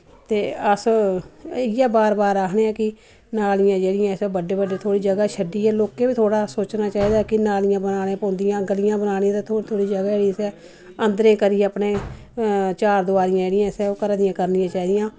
ते अस इयै बार बार आखनिआं नालिआं जेह्ड़िआं थोह्ड़ी थोह्ड़ी बढ़ी करियै लोकैं बी सोचना चाहिदा नालिआं बनानी पौंदिआ गलिआं पौंदिआ लोकैं बी सोचना चाहिदा अंदरे करिऐ अपने चार दिवारी करियै करना चाहिदिआं